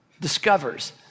discovers